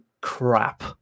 crap